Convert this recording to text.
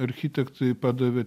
architektai padavė